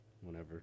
whenever